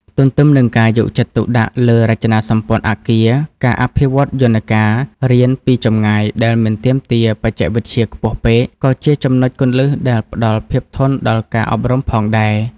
ទន្ទឹមនឹងការយកចិត្តទុកដាក់លើរចនាសម្ព័ន្ធអគារ ការអភិវឌ្ឍយន្តការរៀនពីចម្ងាយដែលមិនទាមទារបច្ចេកវិទ្យាខ្ពស់ពេក ក៏ជាចំណុចគន្លឹះដែលផ្តល់ភាពធន់ដល់ការអប់រំផងដែរ។